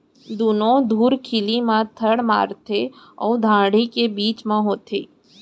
दुनो धुरखिली म थर माड़थे अउ डांड़ी के बीच म होथे